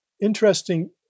interesting